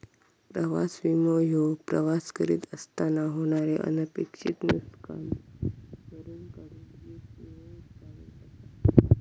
प्रवास विमो ह्यो प्रवास करीत असताना होणारे अनपेक्षित नुसकान भरून काढूक येक विमो उत्पादन असा